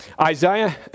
Isaiah